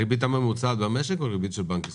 הריבית הממוצעת במשק או הריבית של בנק ישראל?